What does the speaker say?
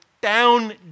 down